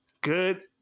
good